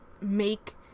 make